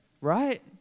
right